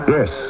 Yes